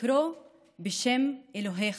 לקרוא בשם אלוהיך.